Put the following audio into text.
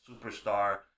superstar